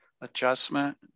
adjustment